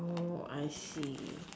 I see